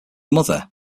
mother